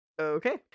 okay